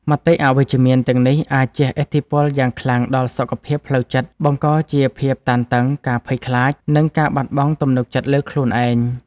មតិអវិជ្ជមានទាំងនេះអាចជះឥទ្ធិពលយ៉ាងខ្លាំងដល់សុខភាពផ្លូវចិត្ត បង្កជាភាពតានតឹង ការភ័យខ្លាច និងការបាត់បង់ទំនុកចិត្តលើខ្លួនឯង។